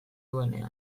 duenean